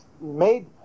made